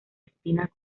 espinas